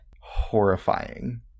Horrifying